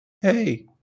Hey